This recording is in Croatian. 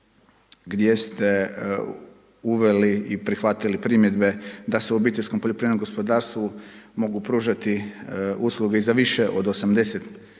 do 15. rujna. Zatim, omogućavanje da se na obiteljskom poljoprivrednom gospodarstvu mogu pružati usluge i za više od 80